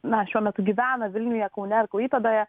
na šiuo metu gyvena vilniuje kaune ir klaipėdoje